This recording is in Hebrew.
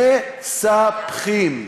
מספחים.